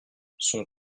son